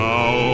Now